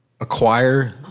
acquire